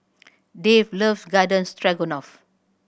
Dave loves Garden Stroganoff